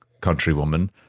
countrywoman